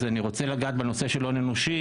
אז אני רוצה לגעת בנושא של הון אנושי.